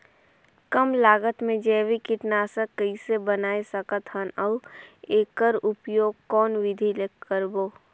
कम लागत मे जैविक कीटनाशक कइसे बनाय सकत हन अउ एकर उपयोग कौन विधि ले करबो?